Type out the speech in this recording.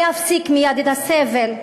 להפסיק מייד את הסבל.